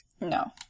No